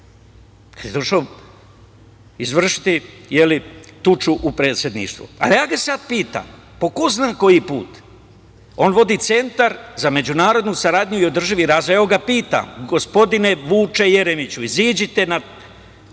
došao izvršiti tuču u Predsedništvu. Ja ga sada pitam po ko zna koji put, on vodi Centar za međunarodnu saradnju i održivi razvoj, evo, pitam - gospodine Vuče Jeremiću, izađite na